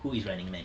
who is running man